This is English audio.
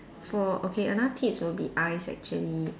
for okay another tips will be eyes actually